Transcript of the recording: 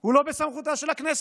הוא לא בסמכותה של הכנסת.